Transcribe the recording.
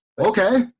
Okay